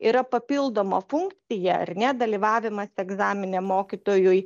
yra papildoma funkcija ar ne dalyvavimas egzamine mokytojui